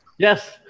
Yes